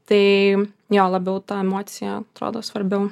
tai jo labiau ta emocija atrodo svarbiau